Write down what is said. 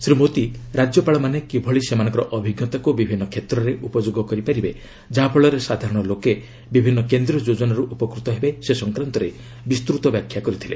ଶ୍ରୀ ମୋଦି ରାଜ୍ୟପାଳମାନେ କିପରି ସେମାନଙ୍କର ଅଭିଜ୍ଞତାକୁ ବିଭିନ୍ନ କ୍ଷେତ୍ରରେ ଉପଯୋଗ କରିପାରିବେ ଯାହାଫଳରେ ସାଧାରଣ ଲୋକେ ବିଭିନ୍ନ କେନ୍ଦ୍ରୀୟ ଯୋଜନାରୁ ଉପକୃତ ହେବେ ସେ ସଂକ୍ରାନ୍ତରେ ବିସ୍ତୃତ ବ୍ୟାଖ୍ୟା କରିଥିଲେ